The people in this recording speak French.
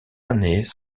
années